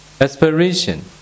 aspiration